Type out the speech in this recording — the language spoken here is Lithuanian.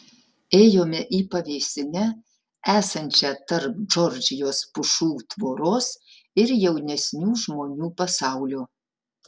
ėjome į pavėsinę esančią tarp džordžijos pušų tvoros ir jaunesnių žmonių pasaulio